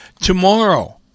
Tomorrow